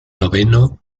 noveno